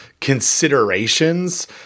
considerations